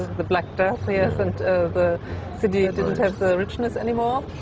the black death, yes. and the city didn't have the richness any more.